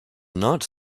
not